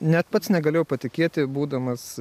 net pats negalėjau patikėti būdamas